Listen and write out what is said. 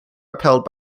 upheld